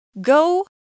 Go